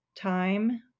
Time